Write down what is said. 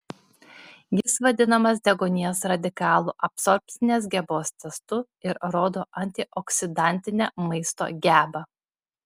jis vadinamas deguonies radikalų absorbcinės gebos testu ir rodo antioksidantinę maisto gebą